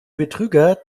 betrüger